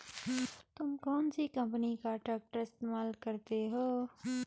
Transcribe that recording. तुम कौनसी कंपनी का ट्रैक्टर इस्तेमाल करते हो?